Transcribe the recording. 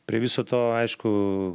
prie viso to aišku